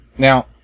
Now